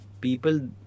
people